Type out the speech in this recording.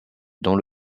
dans